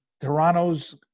Toronto's